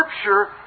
scripture